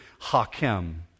hakem